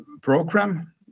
program